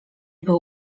był